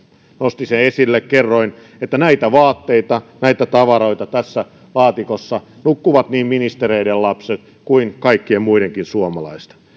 nostin sen esille ja kerroin että näitä vaatteita ja näitä tavaroita tässä laatikossa käyttävät ja siinä nukkuvat niin ministereiden kuin kaikkien muidenkin suomalaisten lapset